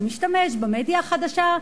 הוא משתמש במדיה החדשה,